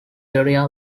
area